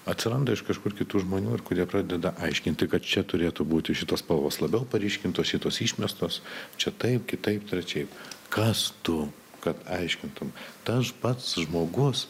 atsiranda iš kažkur kitų žmonių ir kurie pradeda aiškinti kad čia turėtų būti šitos spalvos labiau paryškintos šitos išmestos čia taip kitaip trečiaip kas tu kad aiškintum taž pats žmogus